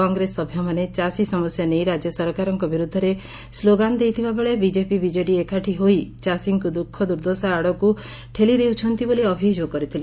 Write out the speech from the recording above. କଂଗ୍ରେସ ସଭ୍ୟମାନେ ଚାଷୀ ସମସ୍ୟା ନେଇ ରାଜ୍ୟ ସରକାରଙ୍କ ବିରୁଦ୍ଧରେ ସ୍କୋଗାନ ଦେଇଥିବା ବେଳେ ବିଜେପି ବିଜେଡ଼ି ଏକାଠି ହୋଇ ଚାଷୀଙ୍କୁ ଦୂଃଖ ଦୁର୍ଦ୍ଦଶା ଆଡ଼କୁ ଠେଲିଦେଉଛନ୍ତି ବୋଲି ଅଭିଯୋଗ କରିଥିଲେ